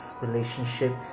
relationship